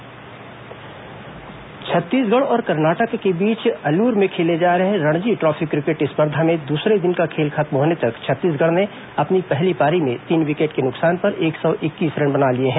Ranji trophy Chhattisgarh और कर्नाटक के बीच अलूर में खेले जा रहे रणजी ट्रॉफी क्रिकेट स्पर्धा में दूसरे दिन का खेल खत्म होने तक छत्तीसगढ़ ने अपनी पहली पारी में तीन विकेट के नुकसान पर एक सौ इक्कीस रन बना लिए हैं